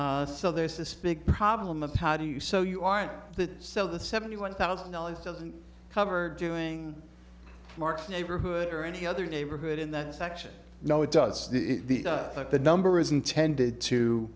and so there's this big problem of how do you so you aren't that so the seventy one thousand dollars doesn't cover doing mark neighborhood or any other neighborhood in that section no it does but the number is intended to